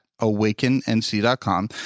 awakennc.com